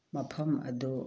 ꯃꯐꯝ ꯑꯗꯨ